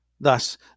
Thus